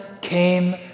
came